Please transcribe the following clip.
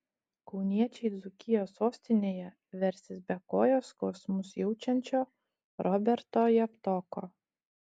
kauniečiai dzūkijos sostinėje versis be kojos skausmus jaučiančio roberto javtoko